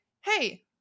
hey